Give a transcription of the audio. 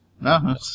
no